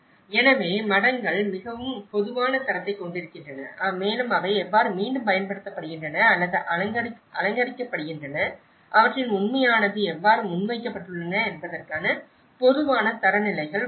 எனவே மடங்கள் மிகவும் பொதுவான தரத்தைக் கொண்டிருக்கின்றன மேலும் அவை எவ்வாறு மீண்டும் பயன்படுத்தப்படுகின்றன அல்லது அலங்கரிக்கப்படுகின்றன அவற்றின் உண்மையானது எவ்வாறு முன்வைக்கப்பட்டுள்ளன என்பதற்கான பொதுவான தரநிலைகள் உள்ளன